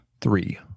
Three